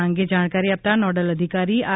આ અંગે જાણકારી આપતાં નોડલ અધિકારી આર